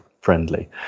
friendly